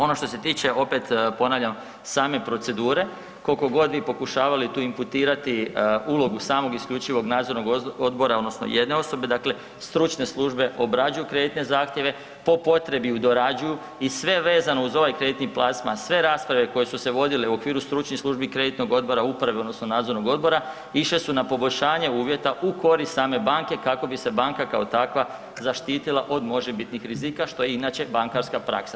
Ono što se tiče opet ponavljam same procedure, kolikogod vi pokušavali tu imputirati ulogu samog isključivog nadzornog odbora odnosno jedne osobe, dakle stručne službe obrađuju kreditne zahtjeva, po potrebi je dorađuju i sve vezano uz ovaj kreditni plasman, sve rasprave koje su se vodile u okviru stručnih službi kreditnog odbora uprave odnosno nadzornog odbora išle su na poboljšanje uvjeta u korist same banke kako bi se banka kao takva zaštitila od možebitnih rizika što je inače bankarska praksa.